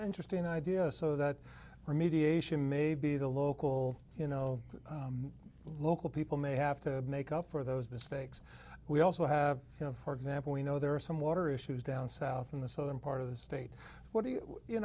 interesting idea so that remediation may be the local you know local people may have to make up for those mistakes we also have you know for example we know there are some water issues down south in the southern part of the state what do you